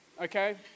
Okay